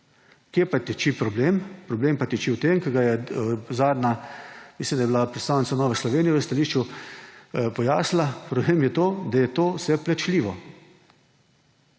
Kje pa tiči problem? Problem pa tiči v tem, kot je zadnja, mislim, da je bila predstavnica Nove Slovenije, v stališču pojasnila. Problem je to, da je to vse plačljivo.